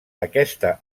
aquesta